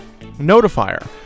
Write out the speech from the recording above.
Notifier